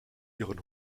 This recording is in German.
ihren